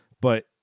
but-